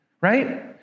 right